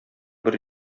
бер